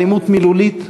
אלימות מילולית,